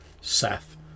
Seth